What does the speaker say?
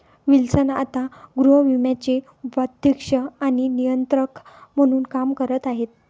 Wilson आता गृहविम्याचे उपाध्यक्ष आणि नियंत्रक म्हणून काम करत आहेत